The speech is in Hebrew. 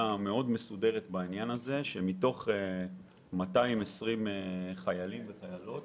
מאוד מסודרת בעניין הזה ומתוך 220 חיילים וחיילות